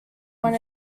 when